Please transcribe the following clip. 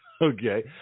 Okay